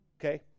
Okay